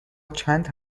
چند